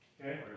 Okay